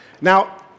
Now